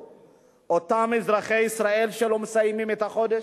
אותם אזרחי ישראל שלא מסיימים את החודש,